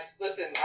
listen